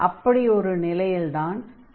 அப்படி ஒரு நிலையில் தான் k0 ஆக இருக்கும்